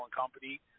company